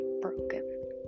broken